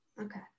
Okay